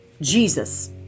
Jesus